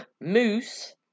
moose